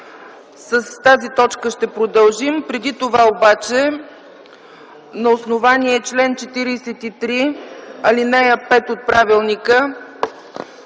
с която ще продължим. Преди това обаче, на основание чл. 43, ал. 5 от правилника